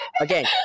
again